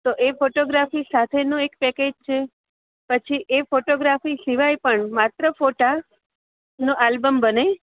તો એ ફોટોગ્રાફી સાથેનો એક પેકેજ છે પછી એ ફોટોગ્રાફી સિવાય પણ માત્ર ફોટાનો આલબમ બને